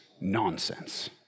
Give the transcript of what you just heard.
nonsense